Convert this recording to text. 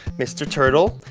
mr. turtle,